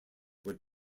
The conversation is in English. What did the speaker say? would